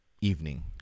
evening